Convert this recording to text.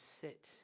sit